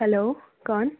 hello कौन